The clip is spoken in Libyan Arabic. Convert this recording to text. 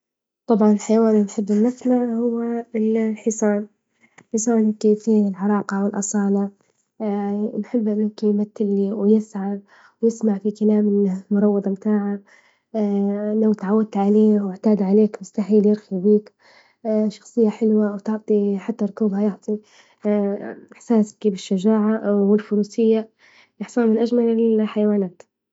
طبعا الحيوان اللي نحب نمثله هو الحصان، الحصان يكون فية العراقة والاصالة، نحب قيمة ال- ويسعد ويسمع بكلام المروضة بتاعة لو إتعود عليك ، أو إعتد علية مستحيل يخلي بيك شخصية حلوة، أو تعطي حتى ركوبها يعطي إحساس بالشجاعة والفروسية. الحصان من اجمل الحيوانات.